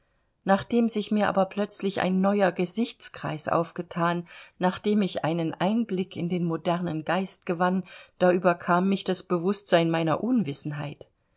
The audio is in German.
nachdem sich mir aber plötzlich ein neuer gesichtskreis aufgethan nachdem ich einen einblick in den modernen geist gewann da überkam mich das bewußtsein meiner unwissenheit